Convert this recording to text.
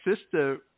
sister